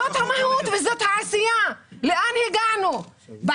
לאן הגענו.